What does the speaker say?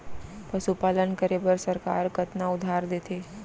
पशुपालन करे बर सरकार कतना उधार देथे?